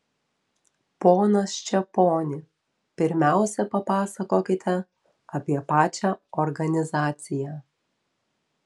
ponas čeponi pirmiausia papasakokite apie pačią organizaciją